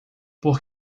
por